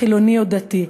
חילוני או דתי.